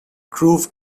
groove